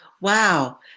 wow